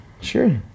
sure